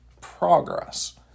progress